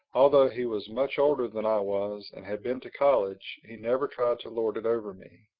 although he was much older than i was and had been to college, he never tried to lord it over me.